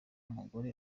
umugore